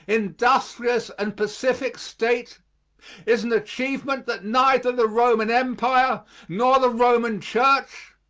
industrious, and pacific state is an achievement that neither the roman empire nor the roman church,